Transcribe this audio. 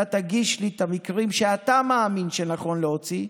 אתה תגיש לי את המקרים שאתה מאמין שנכון להוציא,